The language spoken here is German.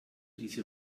diese